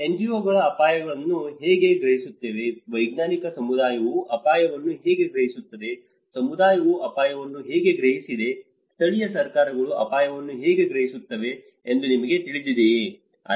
NGO ಗಳು ಅಪಾಯವನ್ನು ಹೇಗೆ ಗ್ರಹಿಸುತ್ತವೆ ವೈಜ್ಞಾನಿಕ ಸಮುದಾಯವು ಅಪಾಯವನ್ನು ಹೇಗೆ ಗ್ರಹಿಸುತ್ತದೆ ಸಮುದಾಯವು ಅಪಾಯವನ್ನು ಹೇಗೆ ಗ್ರಹಿಸಿದೆ ಸ್ಥಳೀಯ ಸರ್ಕಾರಗಳು ಅಪಾಯವನ್ನು ಹೇಗೆ ಗ್ರಹಿಸುತ್ತವೆ ಎಂದು ನಿಮಗೆ ತಿಳಿದಿದೆಯೇ